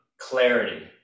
clarity